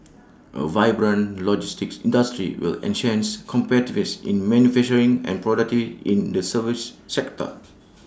A vibrant logistics industry will enhance competitiveness in manufacturing and productivity in the service sector